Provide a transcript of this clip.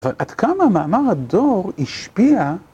אבל עד כמה מאמר הדור השפיע